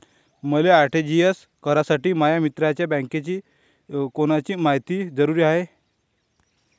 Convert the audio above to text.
मले आर.टी.जी.एस करासाठी माया मित्राच्या बँकेची कोनची मायती जरुरी हाय?